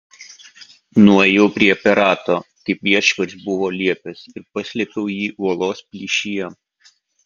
nuėjau prie perato kaip viešpats buvo liepęs ir paslėpiau jį uolos plyšyje